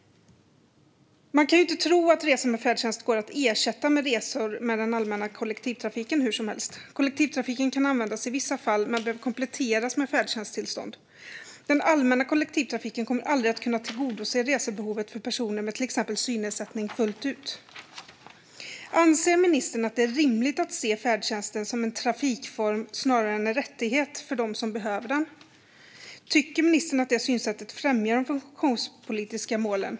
Man kan inte tro att resor med färdtjänst går att ersätta med resor med den allmänna kollektivtrafiken hur som helst. Kollektivtrafiken kan användas i vissa fall men behöver kompletteras med ett färdtjänsttillstånd. Den allmänna kollektivtrafiken kommer aldrig att fullt ut kunna tillgodose resebehovet för personer med till exempel synnedsättning. Anser ministern att det är rimligt att se färdtjänsten som en trafikform snarare än en rättighet för dem som behöver den? Tycker ministern att det synsättet främjar de funktionsrättspolitiska målen?